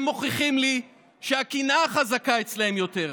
הם מוכיחים לי שהקנאה חזקה אצלם יותר,